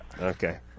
Okay